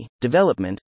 development